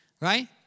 Right